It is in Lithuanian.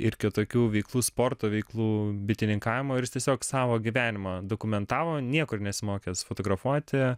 ir kitokių veiklų sporto veiklų bitininkavimo ir jis tiesiog savo gyvenimą dokumentavo niekur nesimokęs fotografuoti